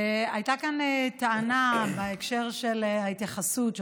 הייתה כאן טענה בהקשר של ההתייחסות של